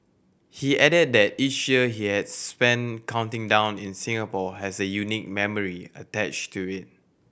he added that each year he has spent counting down in Singapore has a unique memory attached to it